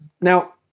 Now